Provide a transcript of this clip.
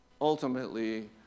ultimately